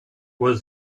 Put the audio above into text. was